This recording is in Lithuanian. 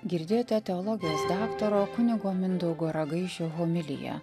girdėjote teologijos daktaro kunigo mindaugo ragaišio homiliją